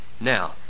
Now